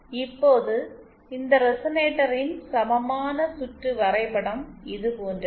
இப்போது இந்த ரெசனேட்டரின் சமமான சுற்று வரைபடம் இது போன்றது